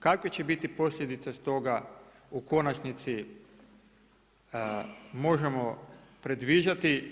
Kakve će biti posljedice s toga, u konačnici možemo predviđati.